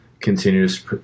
continues